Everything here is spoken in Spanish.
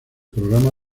programa